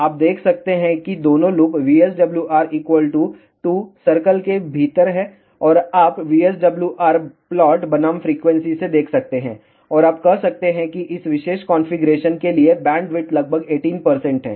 आप देख सकते हैं कि दोनों लूप VSWR 2 सर्कल के भीतर हैं और आप VSWR प्लॉट बनाम फ्रीक्वेंसी से देख सकते हैं और आप कह सकते हैं कि इस विशेष कॉन्फ़िगरेशन के लिए बैंडविड्थ लगभग 18 है